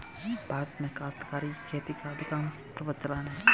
भारत में काश्तकारी खेती का अधिकांशतः प्रचलन है